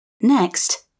Next